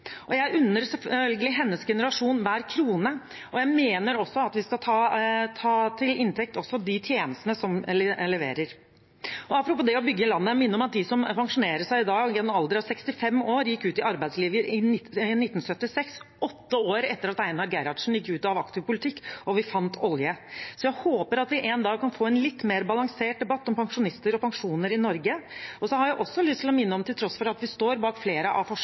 Jeg unner selvfølgelig hennes generasjon hver krone, og jeg mener også at vi skal ta til inntekt også de tjenestene som leveres. Apropos det å bygge landet: Jeg minner om at de som pensjonerer seg i dag i en alder av 65 år, gikk ut i arbeidslivet i 1976, åtte år etter at Einar Gerhardsen gikk ut av aktiv politikk og vi fant olje. Så jeg håper at vi en dag kan få en litt mer balansert debatt om pensjonister og pensjoner i Norge. Jeg har også lyst til å minne om at til tross for at vi står bak flere av